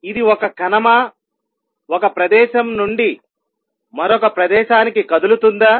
ఇది ఒక కణమా ఒక ప్రదేశం నుండి మరొక ప్రదేశానికి కదులుతుందా